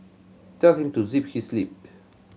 tell him to zip his lip